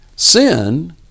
Sin